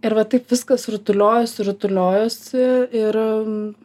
ir va taip viskas rutuliojosi rutuliojosi ir